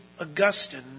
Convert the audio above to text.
Augustine